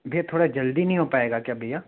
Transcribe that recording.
भईया थोड़ा जल्दी नहीं हो पाएगा क्या भईया